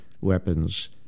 weapons